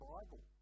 Bible